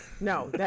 no